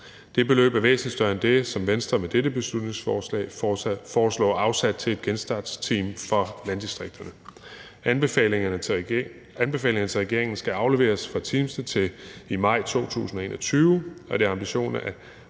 Det beløb er væsentlig større end det, som Venstre med dette beslutningsforslag foreslår afsat til et genstartsteam for landdistrikterne. Anbefalingerne til regeringen skal afleveres fra de teams i maj 2021, og det er ambitionen, at